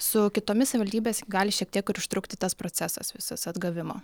su kitomis savivaldybės gali šiek tiek ir užtrukti tas procesas visas atgavimo